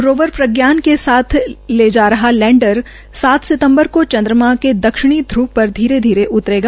rover Pragyan को साथ ले जा रहा लैंडर सात सितम्बर को चन्द्रमां के दक्षिणी धूव पर धीरे धीरे उतरेगा